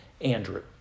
Andrew